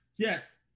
Yes